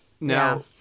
Now